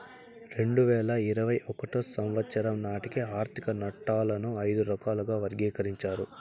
రెండు వేల ఇరవై ఒకటో సంవచ్చరం నాటికి ఆర్థిక నట్టాలను ఐదు రకాలుగా వర్గీకరించారు